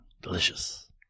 delicious